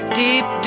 deep